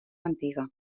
antiga